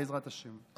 בעזרת השם.